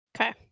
Okay